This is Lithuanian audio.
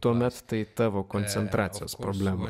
tuomet tai tavo koncentracijos problema